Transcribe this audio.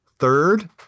Third